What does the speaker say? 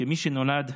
כמי שנולד בנכר,